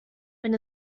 wenn